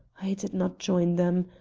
i did not join them.